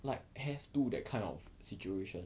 like have to that kind of situation